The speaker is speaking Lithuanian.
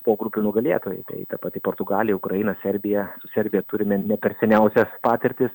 pogrupių nugalėtojai tai ta pati portugalija ukraina serbija su serbija turime ne per seniausias patirtis